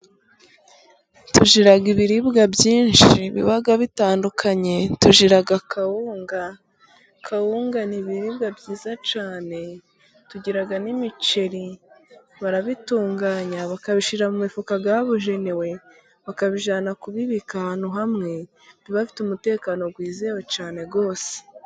Tugira ibiribwa byinshi biba bitandukanye, tugira akawunga. Kkawunga ni ibiribwa byiza cyane, tugira n'imiceri, barabitunganya bakabishyira mu mifuka, yabugenewe bakabijyana kubibika ahantu hamwe, biba bifite umutekano wizewe cyane rwose.